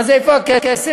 מה זה "איפה הכסף?"